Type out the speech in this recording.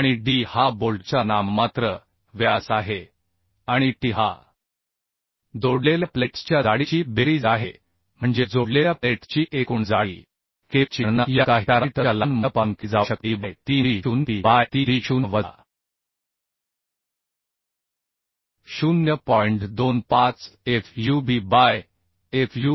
आणि डी हा बोल्टचा नाममात्र व्यास आहे आणि टी हा जोडलेल्या प्लेट्सच्या जाडीची बेरीज आहे म्हणजे जोडलेल्या प्लेट्सची एकूण जाडी प्लेटची जाडी t असेल आता आणखी एक घटक स्थिरांक आहे जो Kb आहे आणि हा Kb ची गणना या काही पॅरामीटर्सच्या लहान मूल्यापासून केली जाऊ शकते e by 3d0 P by 3d0 वजा 0